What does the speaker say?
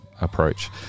approach